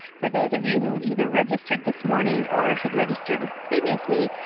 for those of you who either registered this morning or had registered previously,